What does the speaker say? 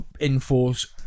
enforce